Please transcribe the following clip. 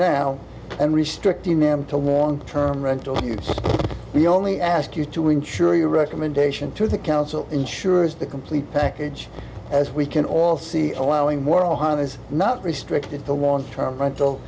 now and restricting them to long term rental we only ask you to insure your recommendation to the council insurers the complete package as we can all see allowing more han is not restricted to long term rental